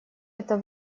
это